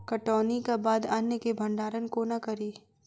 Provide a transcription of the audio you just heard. कटौनीक बाद अन्न केँ भंडारण कोना करी?